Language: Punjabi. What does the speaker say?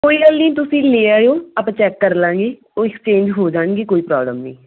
ਕੋਈ ਗੱਲ ਨਹੀਂ ਤੁਸੀਂ ਲੈ ਆਇਓ ਆਪਾਂ ਚੈੱਕ ਕਰ ਲਾਂਗੇ ਉਹ ਐਕਸਚੇਂਜ ਹੋ ਜਾਣਗੇ ਕੋਈ ਪ੍ਰੋਬਲਮ ਨਹੀਂ